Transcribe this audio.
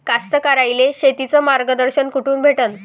कास्तकाराइले शेतीचं मार्गदर्शन कुठून भेटन?